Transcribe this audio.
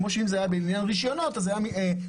כמו שאם היה בעניין רישיון נהיגה,